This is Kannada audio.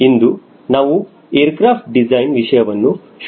ಇಂದು ನಾವು ಏರ್ಕ್ರಫ್ಟ್ ಡಿಸೈನ್ ವಿಷಯವನ್ನು ಶುರು ಮಾಡಲಿದ್ದೇವೆ